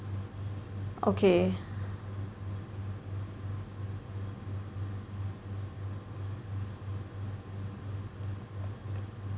okay